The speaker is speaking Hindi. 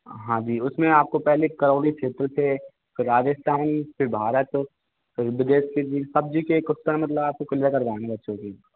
हाँ जी उसमें आपको पहले करौली छेत्र से राजस्थान फिर भारत फिर विदेश के भी सब जी के कुस्चन मतलब आपको किलियर करवाएंगे अच्छे से